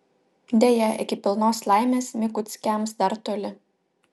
deja iki pilnos laimės mikuckiams dar toli